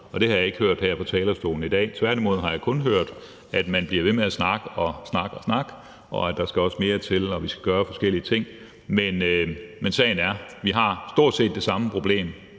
Det har jeg ikke hørt her fra talerstolen i dag; tværtimod har jeg kun hørt, at man bliver ved med at snakke og snakke om, at der skal mere til, og at vi skal gøre forskellige ting. Men sagen er, at vi har stort set det samme problem